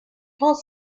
falls